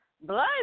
blood